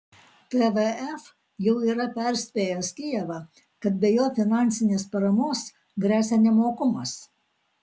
tvf jau yra perspėjęs kijevą kad be jo finansinės paramos gresia nemokumas